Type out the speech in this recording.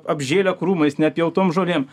apžėlę krūmais net jau tom žolėm